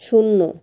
শূন্য